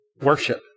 worship